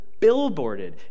billboarded